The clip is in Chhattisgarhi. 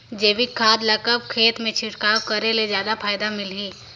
जैविक खाद ल कब खेत मे छिड़काव करे ले जादा फायदा मिलही?